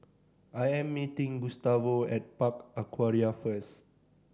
I am meeting Gustavo at Park Aquaria first